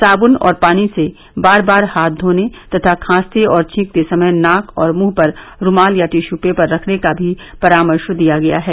साबुन और पानी से बार बार हाथ धोने तथा खांसते छींकते समय नाक और मुंह पर रुमाल या टिशू पेपर रखने का भी परामर्श दिया गया है